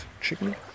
chicken